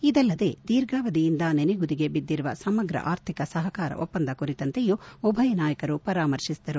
ಇದಲ್ಲದೆ ದೀರ್ಘಾವಧಿಯಿಂದ ನನೆಗುದಿಗೆ ಬಿದ್ದಿರುವ ಸಮಗ್ರ ಆರ್ಥಿಕ ಸಹಕಾರ ಒಪ್ಪಂದ ಕುರಿತಂತೆಯೂ ಉಭಯ ನಾಯಕರು ಪರಾಮರ್ಶಿಸಿದರು